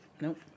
Nope